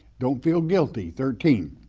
don't feel guilty. thirteen,